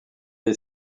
est